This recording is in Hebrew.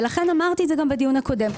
ולכן אמרתי את זה גם בדיון הקודם.